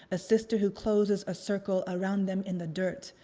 a sister who closes a circle around them in the dirt,